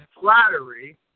flattery